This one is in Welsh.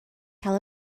cael